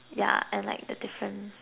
yeah and like the different